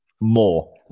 more